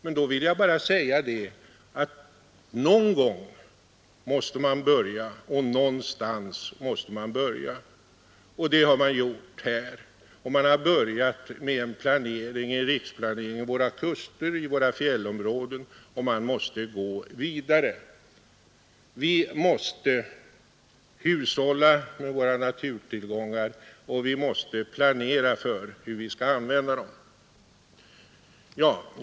Jag vill då bara säga att någon gång och någonstans måste man börja, och det har man nu gjort, man har börjat med en riksplanering för våra kuster och våra fjällområden, och man måste gå vidare. Vi måste hushålla med våra naturtillgångar, och vi måste planera för hur vi skall använda dem.